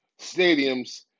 stadiums